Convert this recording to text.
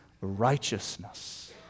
righteousness